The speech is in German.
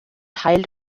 teil